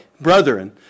brethren